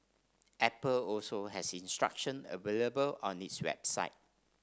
apple also has instruction available on its website